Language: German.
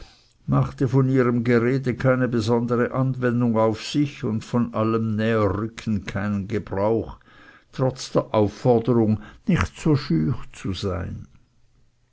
machte von ihrem gerede keine besondere anwendung auf sich und von allem näherrücken keinen gebrauch trotz der aufforderung nicht so schüch zu sein